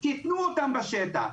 תתנו אותם בשטח.